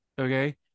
okay